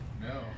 No